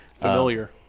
Familiar